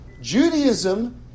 Judaism